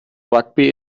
rugby